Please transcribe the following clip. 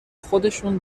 خودشون